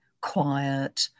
quiet